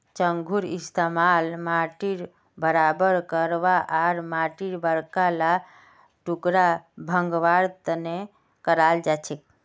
चंघूर इस्तमाल माटीक बराबर करवा आर माटीर बड़का ला टुकड़ा भंगवार तने कराल जाछेक